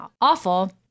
awful